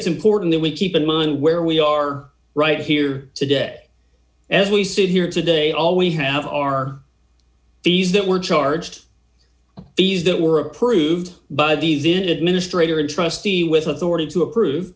it's important that we keep in mind where we are right here today as we sit here today all we have are these that were charged fees that were approved by the then administrator a trustee with authority to approve